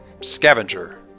scavenger